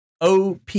OP